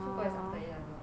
so go is after 一样 lor